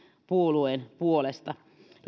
puolueen puolesta